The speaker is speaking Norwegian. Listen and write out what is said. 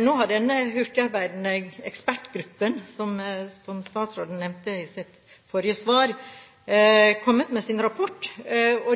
Nå har denne hurtigarbeidende ekspertgruppen, som statsråden nevnte i sitt forrige svar, kommet med sin rapport.